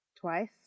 twice